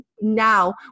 now